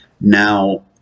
Now